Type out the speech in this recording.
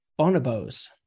bonobos